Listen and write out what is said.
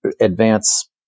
advance